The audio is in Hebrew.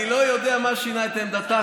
אני לא יודע מה שינה את עמדתה.